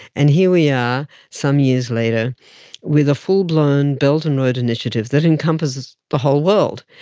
and here we are some years later with a full blown belt and road initiative that encompasses the whole world.